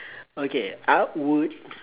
okay I would